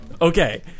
Okay